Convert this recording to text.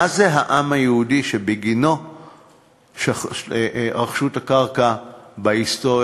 מה זה העם היהודי שבגינו רכשו את הקרקע בהיסטוריה,